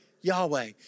Yahweh